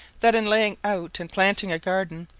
that in laying out and planting a garden,